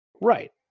Right